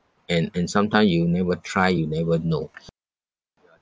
and and sometime you never try you never know